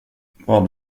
vad